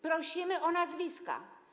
Prosimy o nazwiska.